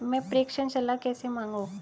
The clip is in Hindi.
मैं प्रेषण सलाह कैसे मांगूं?